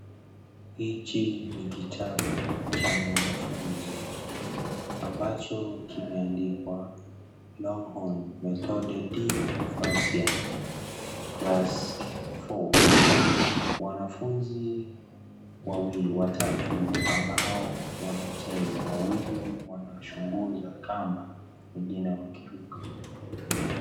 Hichi ni kitabu cha mwanafunzi, ambacho kimeandikwa Longhorn Methode de francais, class four wanafunzi watatu ambao wanacheza wawili wanachunguza kamba wengine wakiruka.